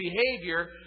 behavior